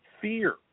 fear